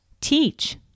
teach